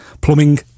plumbing